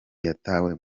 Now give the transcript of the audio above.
yatawe